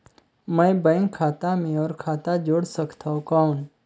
मैं बैंक खाता मे और खाता जोड़ सकथव कौन?